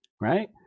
right